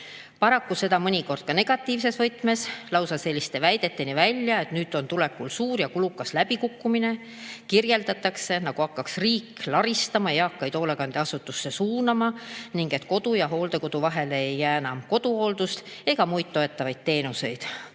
Paraku mõnikord ka negatiivses võtmes, lausa selliste väideteni välja, et nüüd on tulekul suur ja kulukas läbikukkumine. Kirjeldatakse, nagu hakkaks riik laristama ja eakaid hoolekandeasutustesse suunama ning et kodu ja hooldekodu vahele ei jäägi enam koduhooldusteenust ega muid toetavaid teenuseid.